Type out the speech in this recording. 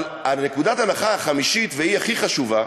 אבל ההנחה החמישית, והיא הכי חשובה